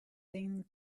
thing